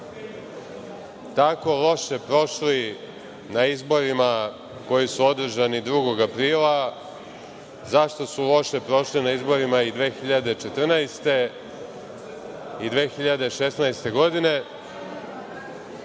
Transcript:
tako loše prošli na izborima, koji su održani 2. aprila, zašto su loše prošli na izborima i 2014. i 2016. godine.